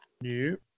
New